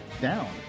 down